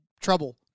trouble